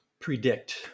predict